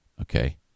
Okay